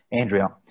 andrea